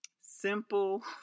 Simple